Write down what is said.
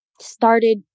started